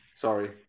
Sorry